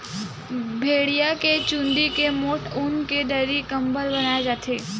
भेड़िया के चूंदी के मोठ ऊन के दरी, कंबल बनाए जाथे